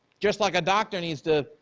just like a doctor needs to,